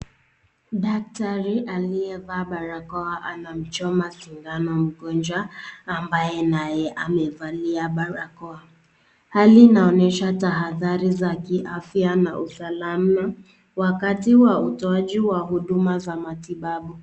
Daktari aliyevaa barakoa anamchoma sindano mgonjwa ambaye naye amevalia barakoa. Hali inaonyesha tahadhari za kiafya na usalama wakati wa utowaji wa huduma za matibabu.